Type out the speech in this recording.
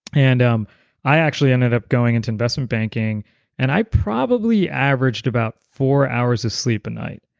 and um i actually ended up going into investment banking and i probably averaged about four hours of sleep a night.